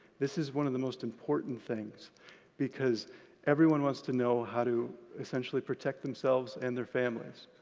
this is one of the most important things because everyone wants to know how to essentially protect themselves and their families.